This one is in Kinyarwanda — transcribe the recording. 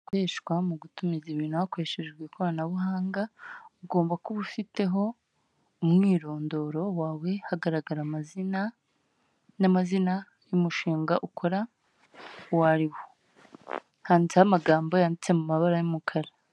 Ukoreshwa mu gutumiza ibintu hakoreshejwe ikoranabuhanga ugomba kuba ufiteho umwirondoro wawe hagaragara amazina, n'amazina y'umushinga ukora wari handitsehho amagambo yanditse mu mabara y'umukara.